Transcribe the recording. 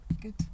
Good